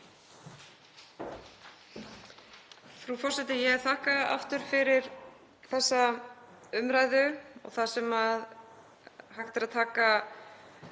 Frú forseti. Ég þakka aftur fyrir þessa umræðu. Það sem hægt er að taka